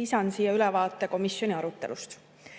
lisan siia ülevaate komisjoni arutelust.